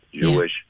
Jewish